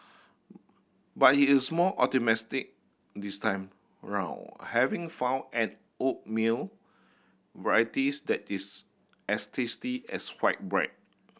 but he is more optimistic this time round having found an oatmeal varieties that is as tasty as white bread